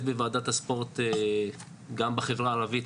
בוועדת הספורט גם בחברה הערבית,